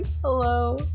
Hello